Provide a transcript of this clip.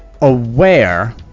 aware